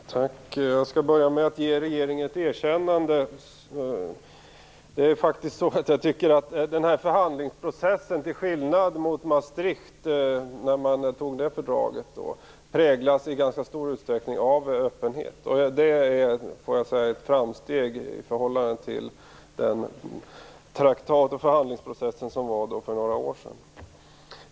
Herr talman! Jag skall börja med att ge regeringen ett erkännande. Jag tycker att denna förhandlingsprocess - till skillnad från när Maastrichtfördraget antogs - präglas i ganska stor utsträckning av öppenhet. Det är ett framsteg i förhållande till förhandlingsprocessen för några år sedan.